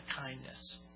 kindness